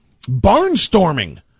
barnstorming